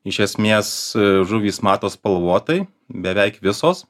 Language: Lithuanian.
iš esmės žuvys mato spalvotai beveik visos